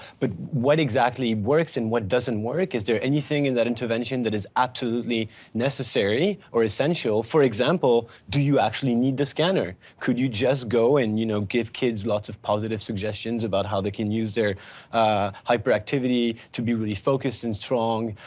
but what exactly works? and what doesn't work? is there anything in that intervention that is absolutely necessary or essential? for example, do you actually need the scanner? could you just go and, you know give kids lots of positive suggestions about how they can use their hyperactivity to be really focused and strong?